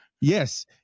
Yes